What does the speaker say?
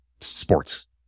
sports